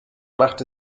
macht